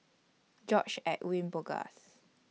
George Edwin Bogaars